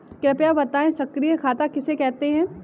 कृपया बताएँ सक्रिय खाता किसे कहते हैं?